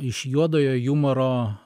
iš juodojo jumoro